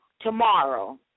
tomorrow